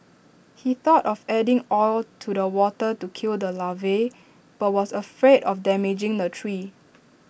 he thought of adding oil to the water to kill the larvae but was afraid of damaging the tree